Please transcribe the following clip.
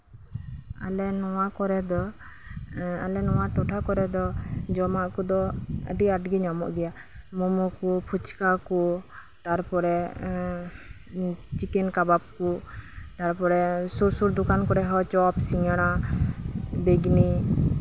ᱟᱞᱮ ᱱᱚᱣᱟ ᱠᱚᱨᱮ ᱫᱚ ᱟᱞᱮ ᱱᱚᱣᱟ ᱴᱚᱴᱷᱟ ᱠᱚᱨᱮ ᱫᱚ ᱡᱚᱢᱟᱜ ᱠᱚᱫᱚ ᱟᱹᱰᱤ ᱟᱸᱴ ᱜᱮ ᱧᱟᱢᱚᱜ ᱜᱮᱭᱟ ᱢᱳᱢᱳᱠᱚ ᱯᱷᱩᱪᱠᱟ ᱠᱚ ᱛᱟᱨᱯᱚᱨᱮ ᱤᱭᱟᱹ ᱪᱤᱠᱮᱱ ᱠᱟᱵᱟᱵ ᱠᱚ ᱛᱟᱨᱯᱚᱨᱮ ᱥᱩᱨᱼᱥᱩᱨ ᱫᱚᱠᱟᱱ ᱠᱚᱨᱮ ᱦᱚᱸ ᱪᱚᱯ ᱥᱤᱸᱜᱟᱹᱲᱟ ᱵᱮᱜᱽᱱᱤ